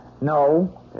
No